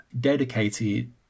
dedicated